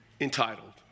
entitled